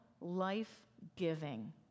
life-giving